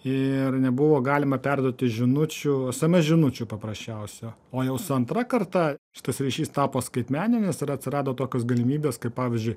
ir nebuvo galima perduoti žinučių sms žinučių paprasčiausio o jau su antra karta šitas ryšys tapo skaitmeninis ir atsirado tokios galimybės kaip pavyzdžiui